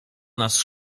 nas